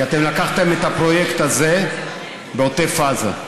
כי אתם לקחתם את הפרויקט הזה בעוטף עזה,